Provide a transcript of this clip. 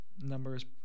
numbers